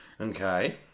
Okay